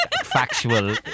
factual